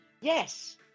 yes